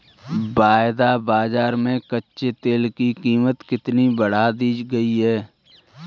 वायदा बाजार में कच्चे तेल की कीमत कितनी बढ़ा दी गई है?